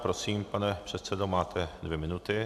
Prosím, pane předsedo, máte dvě minuty.